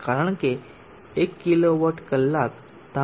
કારણ કે એક કિલો વોટ કલાક 3